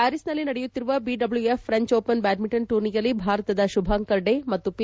ಪ್ವಾರಿಸ್ನಲ್ಲಿ ನಡೆಯುತ್ತಿರುವ BWF French open badminton ಟೂರ್ನಿಯಲ್ಲಿ ಭಾರತದ ಶುಭಾಂಕರ್ ಡೇ ಮತ್ತು ಪಿ